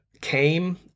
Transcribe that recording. came